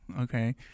Okay